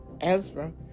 Ezra